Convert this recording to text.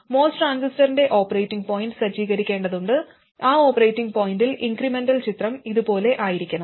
MOS ട്രാൻസിസ്റ്ററിന്റെ operating point സജ്ജീകരിക്കേണ്ടതുണ്ട് ആ ഓപ്പറേറ്റിംഗ് പോയിന്റിൽ ഇൻക്രെമെന്റൽ ചിത്രം ഇതുപോലെ ആയിരിക്കണം